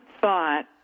thought